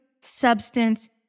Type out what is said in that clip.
substance